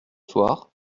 soir